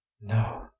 no